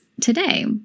today